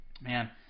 man